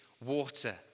water